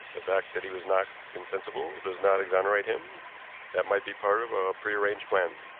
the fact that he was knocked insensible does not exonerate him that might be part of a prearranged plan.